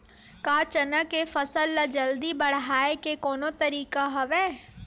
का चना के फसल ल जल्दी बढ़ाये के कोनो तरीका हवय?